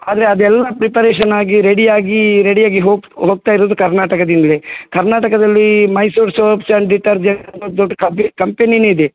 ಆದರೆ ಅದೆಲ್ಲ ಪ್ರಿಪರೇಷನ್ ಆಗಿ ರೆಡಿ ಆಗಿ ರೆಡಿ ಆಗಿ ಹೋಗ್ತಾ ಇರೋದು ಕರ್ನಾಟಕದಿಂದಲೇ ಕರ್ನಾಟಕದಲ್ಲಿ ಮೈಸೂರು ಸೋಪ್ಸ್ ಆ್ಯಂಡ್ ಡಿಟರ್ಜೆಂಟ್ ದೊಡ್ಡ ಕಬ್ಬೆ ಕಂಪೆನಿಯೇ ಇದೆ